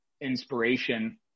inspiration